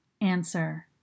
answer